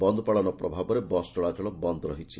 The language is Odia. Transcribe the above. ବନ୍ଦ ପାଳନ ପ୍ରଭାବରେ ବସ୍ ଚଳାଚଳ ବନ୍ଦ ରହିଛି